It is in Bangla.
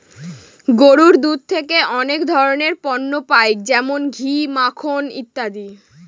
গরুর দুধ থেকে অনেক ধরনের পণ্য পাই যেমন ঘি, মাখন ইত্যাদি